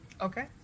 Okay